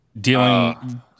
Dealing